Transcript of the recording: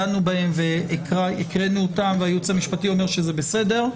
דנו בהם והייעוץ המשפטי אומר שזה בסדר.